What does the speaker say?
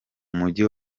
mujyi